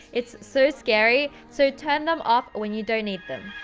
it's so scary, so, turn them off when you don't need them!